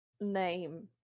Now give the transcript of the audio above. name